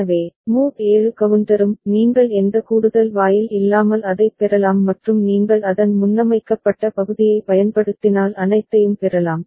எனவே மோட் 7 கவுண்டரும் நீங்கள் எந்த கூடுதல் வாயில் இல்லாமல் அதைப் பெறலாம் மற்றும் நீங்கள் அதன் முன்னமைக்கப்பட்ட பகுதியை பயன்படுத்தினால் அனைத்தையும் பெறலாம்